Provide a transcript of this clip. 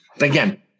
Again